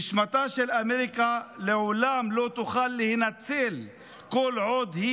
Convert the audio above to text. נשמתה של אמריקה לעולם לא תוכל להינצל כל עוד היא